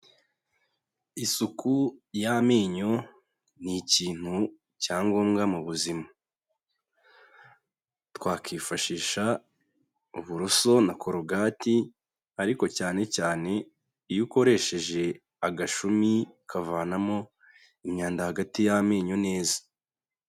Isuku y'amenyo ni ikintu cya ngombwa mu buzima, twakwifashisha uburoso na korogati ariko cyane cyane iyo ukoresheje agashumi kavanamo imyanda hagati y'amenyo neza.